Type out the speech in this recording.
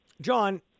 John